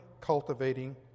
cultivating